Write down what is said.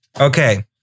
Okay